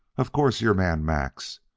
of course, your man, max,